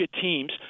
teams